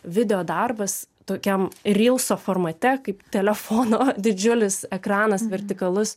video darbas tokiam rilso formate kaip telefono didžiulis ekranas vertikalus